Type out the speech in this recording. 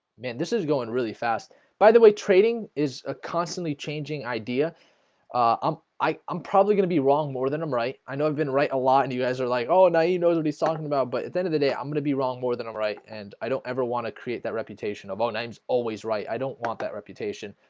man, this is going really fast by the way trading is a constantly changing idea um i'm probably gonna be wrong more than him right i know i've been right a lot and you guys are like oh now you know it'll be stalking about, but at the end of the day i'm gonna be wrong more than i'm right, and i don't ever want to create that reputation of oh names always right? i don't want that reputation,